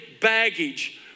baggage